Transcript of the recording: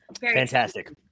fantastic